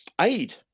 aid